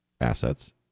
assets